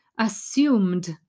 assumed